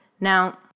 Now